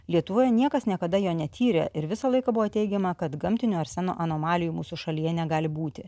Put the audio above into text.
lietuvoje niekas niekada jo netyrė ir visą laiką buvo teigiama kad gamtinio arseno anomalijų mūsų šalyje negali būti